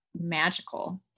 magical